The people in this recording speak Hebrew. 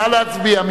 נא להצביע.